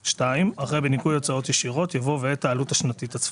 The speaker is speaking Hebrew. (2) אחרי "בניכוי הוצאות ישירות" יבוא "ואת העלות השנתית הצפויה".